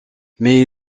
mais